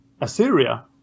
Assyria